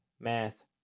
math